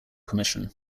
commission